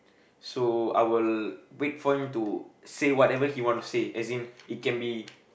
so I will wait for him to say whatever he want to say as it can be